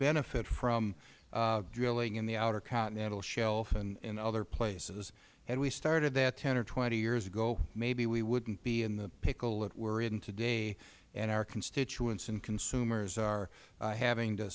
benefit from drilling in the outer continental shelf and other places and we started that ten or twenty years ago maybe we wouldn't be about in the pickle that we are in today and our constituents and consumers are having to